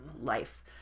life